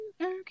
okay